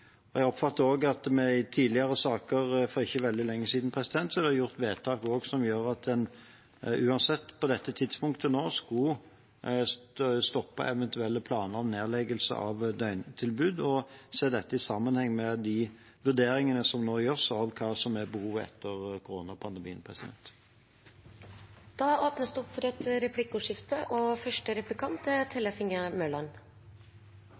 Jeg oppfatter også at det i tidligere saker for ikke veldig lenge siden er gjort vedtak som gjør at en uansett på dette tidspunktet skulle stoppe eventuelle planer om nedleggelse av døgntilbud, og ser dette i sammenheng med de vurderingene som nå gjøres av hva som er behovet etter koronapandemien. Det blir replikkordskifte. 47 pst. av unge mellom 16 år og 19 år er